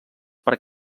per